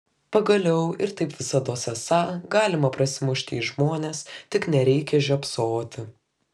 pagaliau ir taip visados esą galima prasimušti į žmones tik nereikią žiopsoti